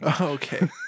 Okay